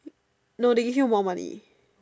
no they give you more money